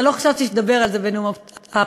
לא חשבתי שתדבר על זה בנאום הבכורה.